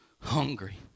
hungry